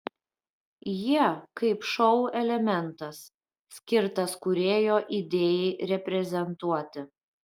jie kaip šou elementas skirtas kūrėjo idėjai reprezentuoti